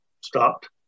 stopped